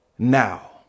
Now